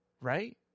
right